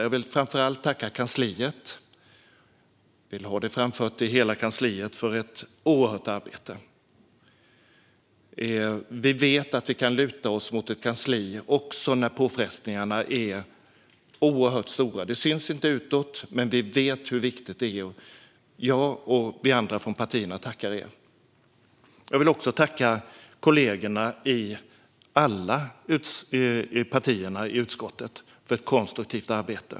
Jag vill framför allt tacka hela kansliet för ett oerhört arbete. Vi vet att vi kan luta oss mot ett kansli också när påfrestningarna är oerhört stora. Det syns inte utåt, men vi vet hur viktigt det är. Jag och alla andra från partierna tackar er. Jag vill också tacka kollegorna från alla partier i utskottet för ett konstruktivt arbete.